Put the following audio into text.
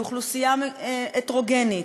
לאוכלוסייה הטרוגנית,